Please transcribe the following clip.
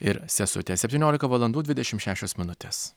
ir sesutę septyniolika valandų dvidešim šešios minutės